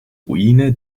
ruine